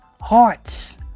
hearts